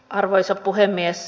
arvoisa puhemies